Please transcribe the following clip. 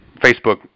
Facebook